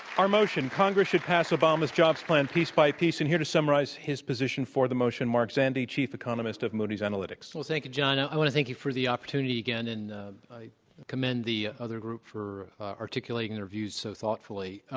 our motion, congress should pass obama's job plan piece by piece and here to summarize his position for the motion, mark zandi, chief economist at moody's analytics. so thank you john. ah i want to thank you for the opportunity again. and i commend the other group for articulating their views so thoughtfully.